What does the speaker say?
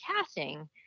casting